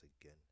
again